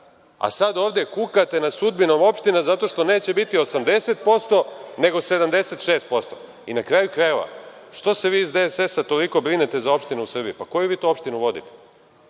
a sad ovde kukate nad sudbinom opština zato što neće biti 80% nego 76%.Na kraju krajeva, što se vi iz DSS toliko brinete za opštine u Srbiji? Pa koju vi to opštinu vodite?